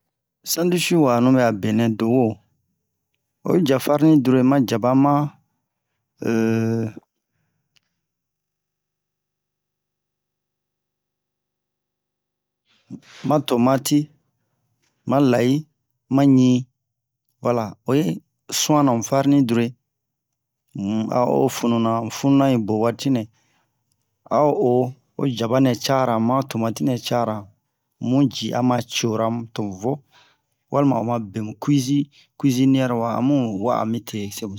sandwich wa'anu ɓɛ'a benɛ do-wo oyi ja farine dure ma jaba ma ma tomati ma lahi ma ɲi volia oyi su'anna mu farine dure um a o o fununa o fununa yi bo waatinɛ a o o ho jaba nɛ caara ma tomati nɛ caara mu ji ama ciyora mu tomu vo walima oma bemu cuisi-cuisinière wa amu wa'a mite semusin